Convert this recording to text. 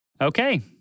Okay